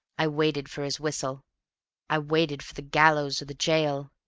i waited for his whistle i waited for the gallows or the gaol!